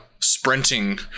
sprinting